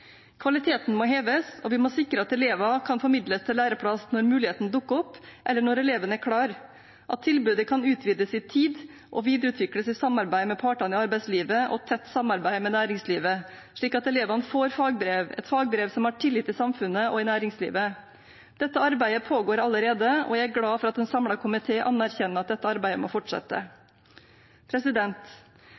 Kvaliteten må heves, og vi må sikre at elever kan formidles til læreplass når muligheten dukker opp, eller når eleven er klar, at tilbudet kan utvides i tid og videreutvikles i samarbeid med partene i arbeidslivet og i tett samarbeid med næringslivet, slik at elevene får fagbrev, et fagbrev som har tillit i samfunnet og i næringslivet. Dette arbeidet pågår allerede, og jeg er glad for at en samlet komité anerkjenner at arbeidet må fortsette.